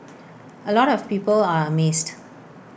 A lot of people are amazed